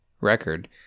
record